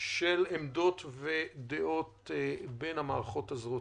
של עמדות ודעות בין הזרועות.